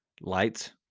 lights